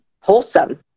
wholesome